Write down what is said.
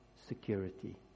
security